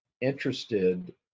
interested